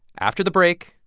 after the break,